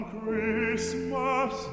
Christmas